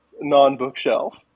non-bookshelf